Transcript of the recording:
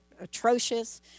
atrocious